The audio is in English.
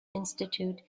institute